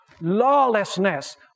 Lawlessness